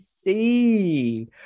see